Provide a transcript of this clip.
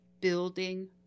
building